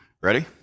Ready